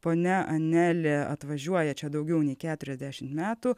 ponia anelė atvažiuoja čia daugiau nei keturiasdešimt metų